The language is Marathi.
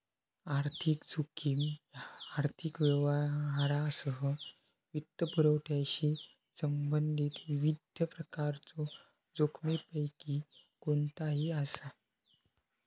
आर्थिक जोखीम ह्या आर्थिक व्यवहारांसह वित्तपुरवठ्याशी संबंधित विविध प्रकारच्यो जोखमींपैकी कोणताही असा